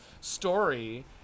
story